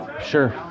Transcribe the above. Sure